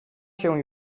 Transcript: się